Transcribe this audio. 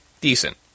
Decent